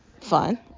fun